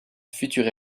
future